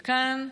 וכאן,